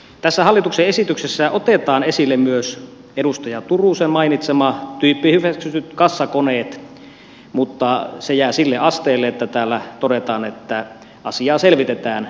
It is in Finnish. tässä hallituksen esityksessä otetaan esille myös edustaja turusen mainitsemat tyyppihyväksytyt kassakoneet mutta se jää sille asteelle että täällä todetaan että asiaa selvitetään tulevaisuudessa